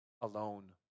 alone